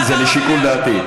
שטויות במיץ עגבניות.